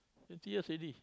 twenty years already